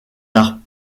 arts